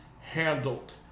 Handled